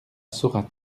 saurat